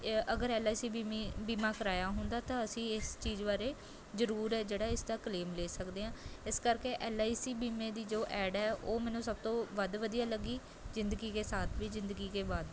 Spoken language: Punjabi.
ਅਗਰ ਐੱਲ ਆਈ ਸੀ ਬੀਮੇ ਬੀਮਾ ਕਰਵਾਇਆ ਹੁੰਦਾ ਤਾਂ ਅਸੀਂ ਇਸ ਚੀਜ਼ ਬਾਰੇ ਜ਼ਰੂਰ ਹੈ ਜਿਹੜਾ ਇਸ ਦਾ ਕਲੇਮ ਲੈ ਸਕਦੇ ਹਾਂ ਇਸ ਕਰਕੇ ਐੱਲ ਆਈ ਸੀ ਬੀਮੇ ਦੀ ਜੋ ਐਡ ਹੈ ਉਹ ਮੈਨੂੰ ਸਭ ਤੋਂ ਵੱਧ ਵਧੀਆ ਲੱਗੀ ਜ਼ਿੰਦਗੀ ਕੇ ਸਾਥ ਭੀ ਜ਼ਿੰਦਗੀ ਕੇ ਬਾਦ ਭੀ